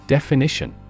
Definition